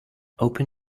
open